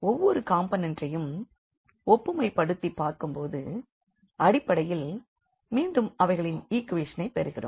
ஒவ்வொரு காம்போனண்ட் ஐயும் ஒப்புமைப் படுத்திப் பார்க்கும் போது அடிப்படையில் மீண்டும் அவைகளின் ஈக்வேஷன்ஸ் ஐப் பெறுகிறோம்